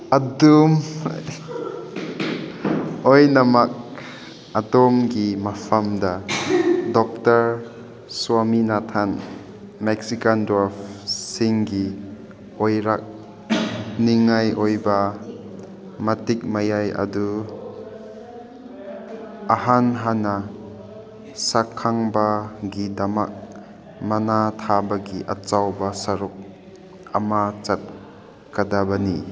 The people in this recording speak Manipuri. ꯑꯗꯨꯝ ꯑꯣꯏꯅꯃꯛ ꯑꯗꯣꯝꯒꯤ ꯃꯐꯝꯗ ꯗꯣꯛꯇꯔ ꯁ꯭ꯋꯥꯃꯤꯅꯥꯊꯟ ꯃꯦꯛꯁꯤꯀꯥꯟ ꯗ꯭ꯋꯥꯞꯁꯤꯡꯒꯤ ꯑꯣꯏꯔꯛꯅꯤꯡꯉꯥꯏ ꯑꯣꯏꯕ ꯃꯇꯤꯛ ꯃꯌꯥꯏ ꯑꯗꯨ ꯏꯍꯥꯟ ꯍꯥꯟꯅ ꯁꯛꯈꯪꯕꯒꯤꯗꯃꯛ ꯃꯅꯥ ꯊꯥꯕꯒꯤ ꯑꯆꯧꯕ ꯁꯔꯨꯛ ꯑꯃ ꯆꯠꯀꯗꯕꯅꯤ